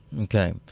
Okay